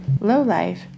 Lowlife